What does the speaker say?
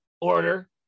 order